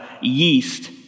yeast